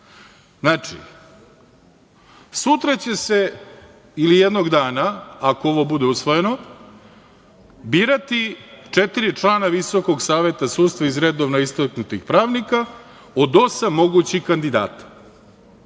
Znači, sutra će se ili jednog dana, ako ovo bude usvojeno, birati četiri člana Visokog saveta sudstva iz redova istaknutih pravnika od osam mogućih kandidata.